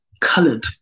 colored